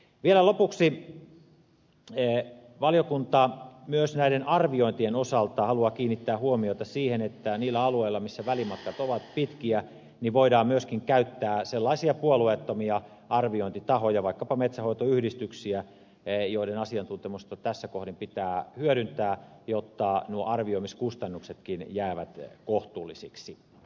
vielä lopuksi valiokunta myös näiden arviointien osalta haluaa kiinnittää huomiota siihen että niillä alueilla joilla välimatkat ovat pitkiä voidaan myöskin käyttää sellaisia puolueettomia arviointitahoja vaikkapa metsänhoitoyhdistyksiä joiden asiantuntemusta tässä kohdin pitää hyödyntää jotta nuo arvioimiskustannuksetkin jäävät kohtuullisiksi